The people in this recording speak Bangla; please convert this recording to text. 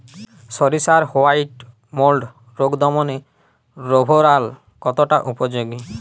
সরিষার হোয়াইট মোল্ড রোগ দমনে রোভরাল কতটা উপযোগী?